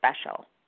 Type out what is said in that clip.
special